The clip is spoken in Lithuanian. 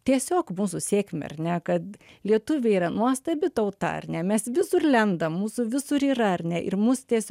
tiesiog mūsų sėkmę ar ne kad lietuviai yra nuostabi tauta ar ne mes visur lendam mūsų visur yra ar ne ir mus tiesiog